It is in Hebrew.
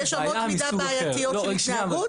יש אמות מידה בעייתיות של התנהגות?